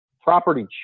Property